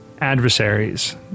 adversaries